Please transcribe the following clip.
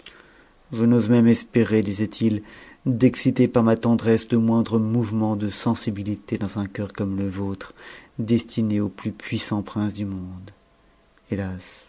je n'ose même espérer disait-il d'exciter par ma tendresse le moindre mouvement de sensibilité dans un coeur comme le vôtre destiné au plus puissant prince du monde hé as